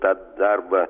tą darbą